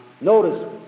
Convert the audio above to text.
Notice